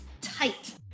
tight